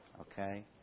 Okay